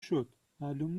شد، معلوم